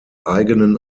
eigenen